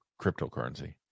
cryptocurrency